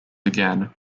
again